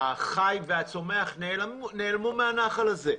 החי והצומח נעלמו מהנחל הזה,